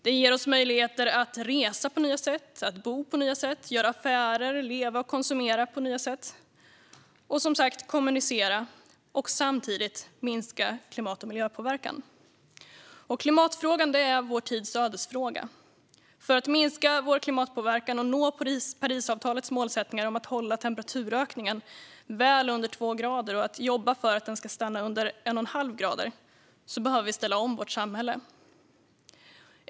Den ger oss nya sätt att resa, bo, göra affärer, leva, konsumera och kommunicera och samtidigt minska klimat och miljöpåverkan. Klimatfrågan är vår tids ödesfråga. För att minska vår klimatpåverkan och nå Parisavtalets målsättningar om att hålla temperaturökningen väl under två grader och jobba för att den ska stanna under en och en halv grad behöver vi ställa om vårt samhälle.